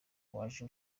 waje